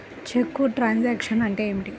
చెక్కు truncation అంటే ఏమిటి?